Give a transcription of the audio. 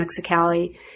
Mexicali